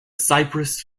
cyprus